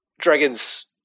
Dragon's